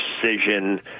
precision